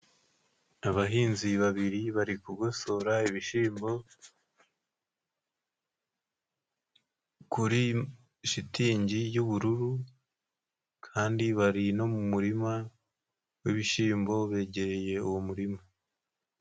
Abahinzi babiri bari kugosora ibishyimbo kuri shitingi y'ubururu kandi bari no mu murima wibishyimbo begereye uwo murima.